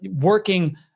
working